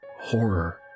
horror